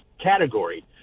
category